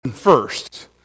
first